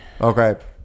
Okay